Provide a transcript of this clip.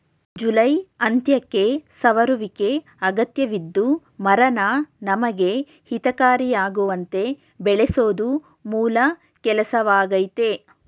July ಅಂತ್ಯಕ್ಕೆ ಸವರುವಿಕೆ ಅಗತ್ಯದ್ದು ಮರನ ನಮಗೆ ಹಿತಕಾರಿಯಾಗುವಂತೆ ಬೆಳೆಸೋದು ಮೂಲ ಕೆಲ್ಸವಾಗಯ್ತೆ